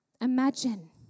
imagine